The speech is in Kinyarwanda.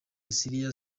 syria